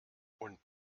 und